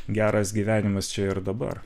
geras gyvenimas čia ir dabar